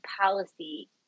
policy